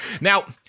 Now